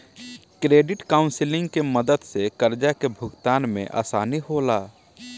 credit counselling के मदद से कर्जा के भुगतान में आसानी होला